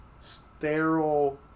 sterile